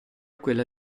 quella